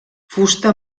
fusta